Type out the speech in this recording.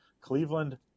Cleveland